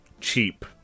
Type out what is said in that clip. cheap